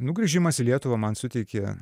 nu grįžimas į lietuvą man suteikė